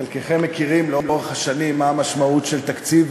חלקכם מכירים לאורך השנים מה המשמעות של תקציב